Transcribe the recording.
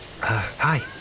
hi